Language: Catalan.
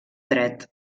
dret